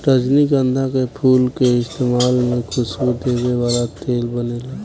रजनीगंधा के फूल के इस्तमाल से खुशबू देवे वाला तेल बनेला